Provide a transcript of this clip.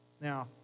Now